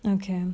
okay